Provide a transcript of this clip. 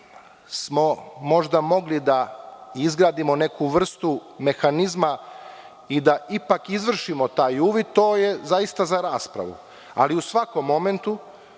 smo možda mogli da izgradimo možda neku vrstu mehanizma i da ipak izvršimo taj uvid, to je zaista za raspravu, ali u svakom momentu